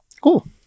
Cool